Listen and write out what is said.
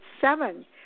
seven